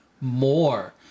More